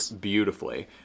beautifully